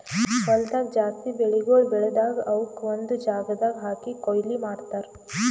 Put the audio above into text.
ಹೊಲ್ದಾಗ್ ಜಾಸ್ತಿ ಬೆಳಿಗೊಳ್ ಬೆಳದಾಗ್ ಅವುಕ್ ಒಂದು ಜಾಗದಾಗ್ ಹಾಕಿ ಕೊಯ್ಲಿ ಮಾಡ್ತಾರ್